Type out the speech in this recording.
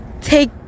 take